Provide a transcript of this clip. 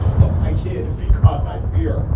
look, i kid because i fear.